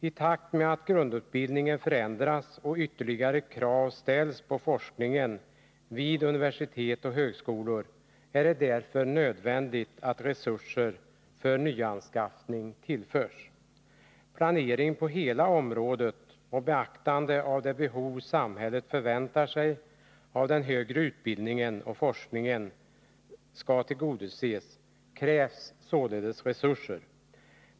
I takt med att grundutbildningen förändras och ytterligare krav ställs på forskningen vid universitet och högskolor är det därför nödvändigt att resurser för nyanskaffning tillförs. För planering på hela området, med beaktande av de behov som samhället förväntar sig att den högre utbildningen och forskningen skall tillgodose, krävs således resurser.